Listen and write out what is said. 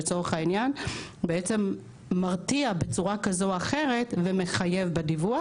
מרתיע ומחייב בדיווח.